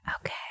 Okay